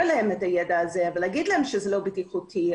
אליהם את המידע הזה ולהגיד שזה לא בטיחותי.